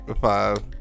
Five